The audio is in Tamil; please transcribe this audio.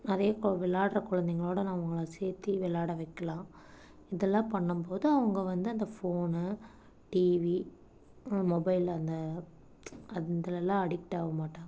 நிறைய கொ விளாட்ற கொழந்தைங்களோட நான் அவங்கள சேர்த்தி விளாட வைக்கலாம் இதெல்லாம் பண்ணும்போது அவங்க வந்து அந்த ஃபோனு டிவி மொபைல் அந்த அதிலெல்லாம் அடிக்ட் ஆக மாட்டாங்க